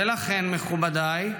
ולכן, מכובדיי,